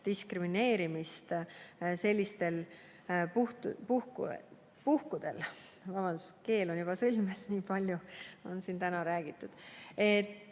diskrimineerimist sellistel puhkudel. Vabandust, keel on juba sõlmes, nii palju on siin täna räägitud!